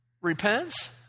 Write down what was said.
repents